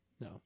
No